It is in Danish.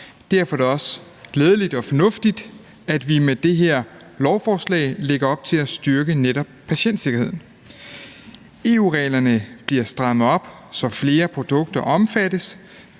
Derfor er det også glædeligt og fornuftigt, at vi med det her lovforslag lægger op til at styrke netop patientsikkerheden. EU-reglerne bliver strammet op, så flere produkter omfattes,